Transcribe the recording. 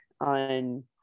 on